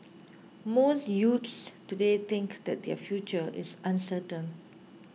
most youths today think that their future is uncertain